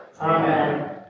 Amen